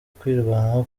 kwirwanaho